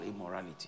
immorality